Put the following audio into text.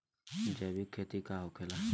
जैविक खेती का होखेला?